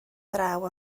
draw